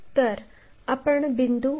म्हणून 50 मि